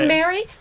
Mary